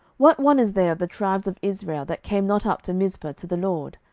what one is there of the tribes of israel that came not up to mizpeh to the lord?